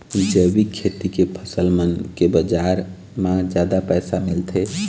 जैविक खेती के फसल मन के बाजार म जादा पैसा मिलथे